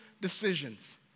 decisions